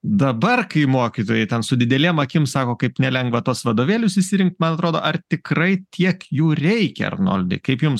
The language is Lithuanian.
dabar kai mokytojai ten su didelėm akim sako kaip nelengva tuos vadovėlius išsirinkt man atrodo ar tikrai tiek jų reikia arnoldai kaip jums